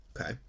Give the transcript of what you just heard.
Okay